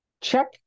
check